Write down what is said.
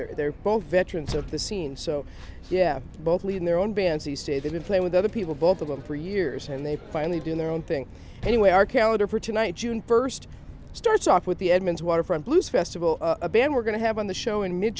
years they're both veterans of the scene so yeah both lead in their own bands these day they've been playing with other people both of them for years and they finally do their own thing anyway our calendar for tonight june first starts off with the edmonds waterfront blues festival a band we're going to have on the show in mid